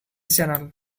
channel